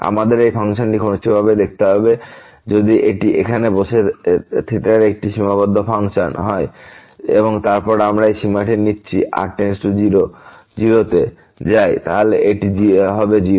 আমাদের এই ফাংশনটি ঘনিষ্ঠভাবে দেখতে হবে যদি এটি এখানে বসে থেটার একটি সীমাবদ্ধ ফাংশন হয় এবং তারপর আমরা এই সীমাটি নিচ্ছি r → 0 0 তে যায় তাহলে এটি হবে 0